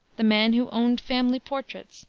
the man who owned family portraits,